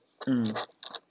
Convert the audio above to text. hmm